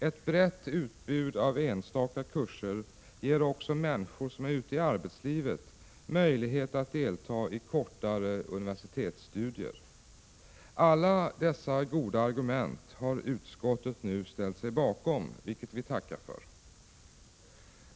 Ett brett utbud av enstaka kurser ger också människor som är ute i arbetslivet möjlighet att delta i kortare universitetsstudier. Alla dessa goda argument har utskottet nu ställt sig bakom, vilket vi tackar för.